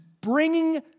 bringing